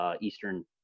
Eastern